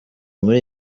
muri